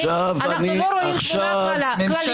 ואנחנו לא רואים את התמונה הכללית.